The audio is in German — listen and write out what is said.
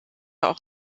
auch